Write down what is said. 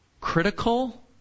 critical